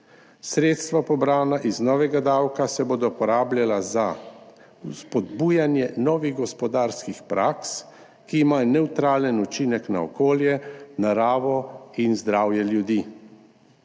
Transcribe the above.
Sredstva, pobrana iz novega davka, se bodo porabljala za spodbujanje novih gospodarskih praks, ki imajo nevtralen učinek na okolje, naravo in zdravje ljudi.